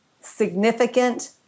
significant